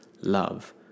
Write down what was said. love